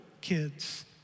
kids